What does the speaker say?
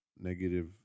negative